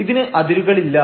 ഇതിന് അതിരുകളില്ല